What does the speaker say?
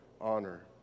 honor